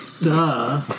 Duh